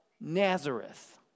Nazareth